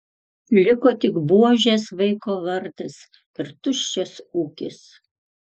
liko tik buožės vaiko vardas ir tuščias ūkis